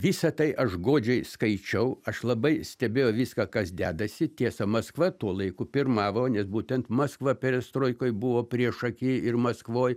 visa tai aš godžiai skaičiau aš labai stebėjo viską kas dedasi tiesa maskva tuo laiku pirmavo nes būtent maskva perestroikoj buvo priešaky ir maskvoj